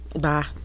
Bye